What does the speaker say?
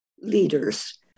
leaders